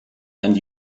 and